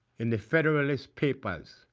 in the federalist papers